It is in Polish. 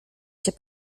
się